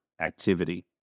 activity